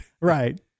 Right